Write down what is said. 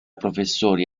professori